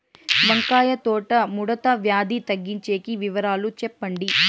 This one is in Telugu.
వంకాయ తోట ముడత వ్యాధి తగ్గించేకి వివరాలు చెప్పండి?